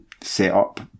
setup